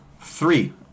three